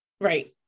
Right